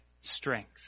strength